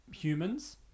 Humans